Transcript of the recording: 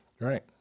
Right